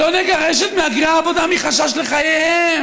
לא נגרש את מהגרי העבודה מחשש לחייהם?